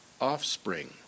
offspring